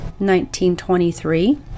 1923